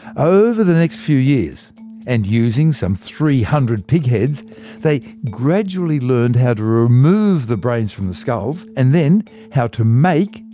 over the next few years and using some three hundred pig heads they gradually learned how to remove the brains from the skulls, and then how to make,